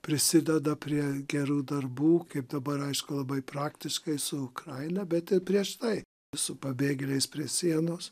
prisideda prie gerų darbų kaip dabar aišku labai praktiškai su ukraina bet prieš tai su pabėgėliais prie sienos